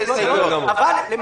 על ההסתייגות של החמש תצביעו שוב,